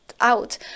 out